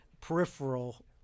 peripheral